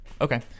okay